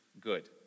good